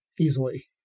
easily